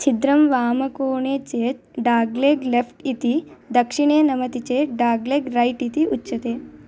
छिद्रं वामकोणे चेत् डाग् लेग् लेफ़्ट् इति दक्षिणे नमति चेत् डाग् लेग् रैट् इति उच्यते